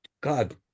god